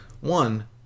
one